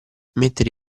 mettere